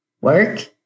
Work